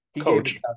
coach